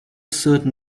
certain